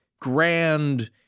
grand